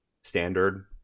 standard